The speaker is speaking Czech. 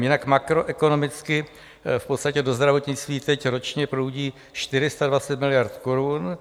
Jinak makroekonomicky v podstatě do zdravotnictví teď ročně proudí 420 miliard korun.